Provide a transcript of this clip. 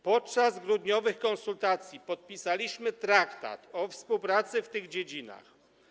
Podczas grudniowych konsultacji podpisaliśmy traktat o współpracy w tych dziedzinach.